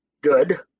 good